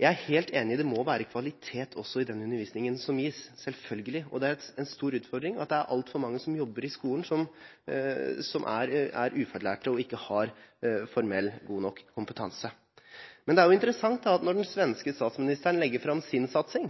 Jeg er helt enig – det må være kvalitet også i den undervisningen som gis, selvfølgelig, og det er en stor utfordring at det er altfor mange som jobber i skolen, som er ufaglært, og ikke har formell, god nok kompetanse. Men det er interessant at når den svenske statsministeren legger fram sin satsing,